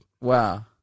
Wow